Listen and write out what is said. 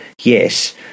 yes